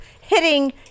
hitting